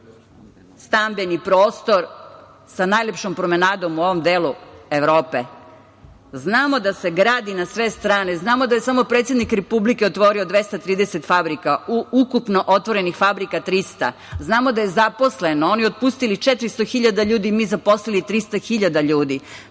prostor sa najlepšom promenadom u ovom delu Evrope. Znamo da se gradi na sve strane. Znamo da je samo predsednik Republike otvorio 230 fabrika, ukupno otvorenih fabrika 300. Oni su otpustili 400 hiljada ljudi, mi zaposlili 300 hiljada